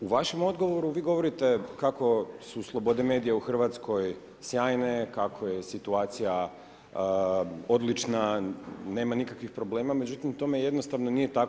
U vašem odgovoru vi govorite kako su slobode medija u Hrvatskoj sjajne, kako je situacija odlična, nema nikakvih problema, međutim tome jednostavno nije tako.